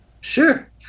sure